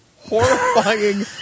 horrifying